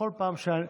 בכל פעם שאני